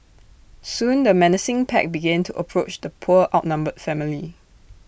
soon the menacing pack began to approach the poor outnumbered family